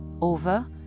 over